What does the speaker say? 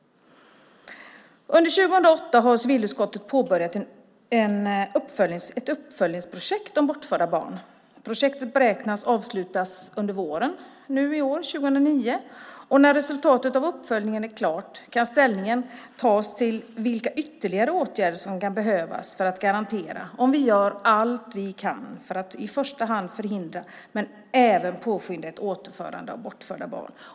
Under 2008 har civilutskottet påbörjat ett uppföljningsprojekt om bortförda barn. Projektet beräknas avslutas under våren nu i år 2009. När resultatet av uppföljningen är klart kan ställning tas till vilka ytterligare åtgärder som kan behövas för att garantera att vi gör allt vi kan för att i första hand förhindra ett bortförande men även för att påskynda ett återförande av bortförda barn.